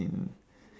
in